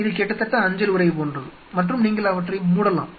இது கிட்டத்தட்ட அஞ்சல் உறை போன்றது மற்றும் நீங்கள் அவற்றை மூடலாம்